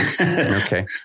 Okay